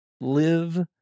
live